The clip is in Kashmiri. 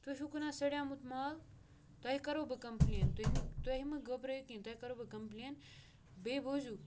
تُہۍ چھُو کٕنان سڑیٛامُت مال تۄہے کَرو بہٕ کَمپٕلین تُہۍ تۄہہِ مہٕ گبرٲیِو کینٛہہ تۄہہِ کَرو بہٕ کَمپٕلین بیٚیہِ بوٗزِو